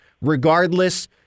regardless